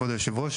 כבוד היושב-ראש,